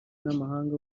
n’amahanga